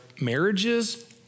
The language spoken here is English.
marriages